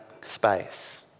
space